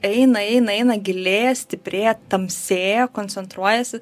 eina eina eina gilėja stiprėja tamsėja koncentruojasi